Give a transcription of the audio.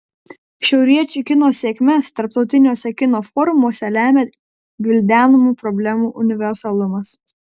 šiauriečių kino sėkmes tarptautiniuose kino forumuose lemia gvildenamų problemų universalumas